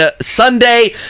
Sunday